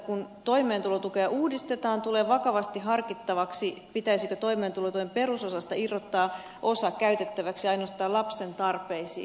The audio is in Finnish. kun toimeentulotukea uudistetaan tulee vakavasti harkittavaksi pitäisikö toimeentulotuen perusosasta irrottaa osa käytettäväksi ainoastaan lapsen tarpeisiin